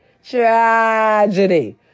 Tragedy